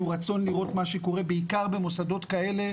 רצון לראות מה שקורה בעיקר במוסדות כאלה,